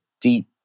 deep